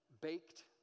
baked